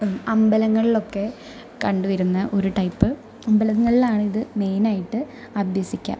അമ്പലങ്ങളിലൊക്കെ കണ്ടുവരുന്ന ഒരു ടൈപ്പ് അമ്പലങ്ങളിലാണ് ഇത് മെയിനായിട്ട് അഭ്യസിക്കുക